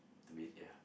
to bed ya